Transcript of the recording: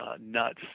nuts